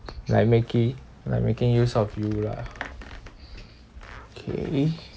like maki~ like making use of you lah okay